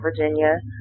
Virginia